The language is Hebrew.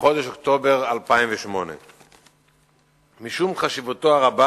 בחודש אוקטובר 2008. משום חשיבותו הרבה